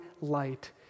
light